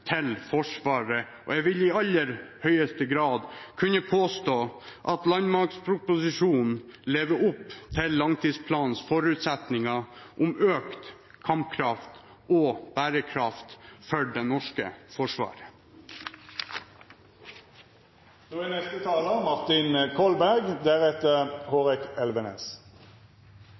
til Forsvaret, og jeg vil i aller høyeste grad kunne påstå at landmaktproposisjonen lever opp til langtidsplanens forutsetninger om økt kampkraft og bærekraft for det norske